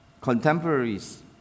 contemporaries